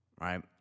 Right